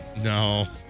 No